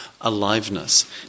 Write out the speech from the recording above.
aliveness